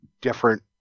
different